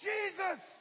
Jesus